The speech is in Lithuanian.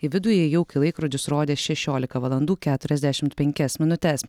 į vidų įėjau kai laikrodis rodė šešiolika valandų keturiasdešimt penkias minutes